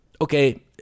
okay